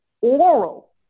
oral